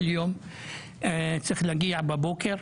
צריך להגיע בבוקר,